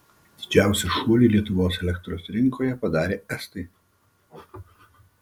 didžiausią šuolį lietuvos elektros rinkoje padarė estai